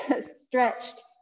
stretched